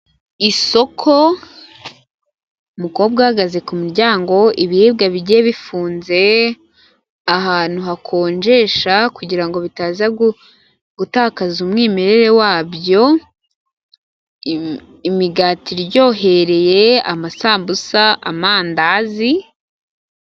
Isoko mukobwa uhagaze ku muryango ibiribwa bijyiye bifunze, ahantu hakonjesha kugirango bitaza gutakaza umwimerere wabyo, imigati iryohereye amasambusa n'amandazi.